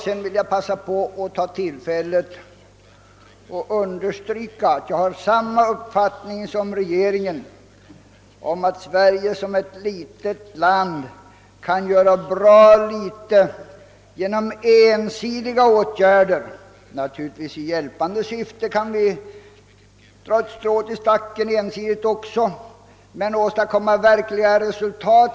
Sedan vill jag ta tillfället i akt och understryka att jag har samma uppfattning som regeringen om att Sverige som ett litet land inte kan göra så mycket genom ensidiga åtgärder. Naturligtvis kan vi också genom hjälpåtgärder enskilt dra ett strå till stacken, men ensidigt kan vi inte åstadkomma några verkligt stora resultat.